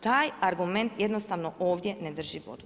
Taj argument jednostavno ovdje ne drži vodu.